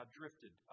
drifted